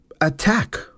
attack